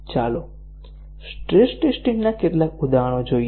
ચાલો stress testing ના કેટલાક ઉદાહરણો જોઈએ